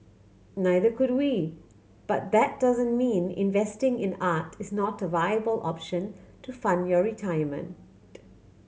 neither could we but that doesn't mean investing in art is not a viable option to fund your retirement